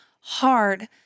hard